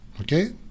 Okay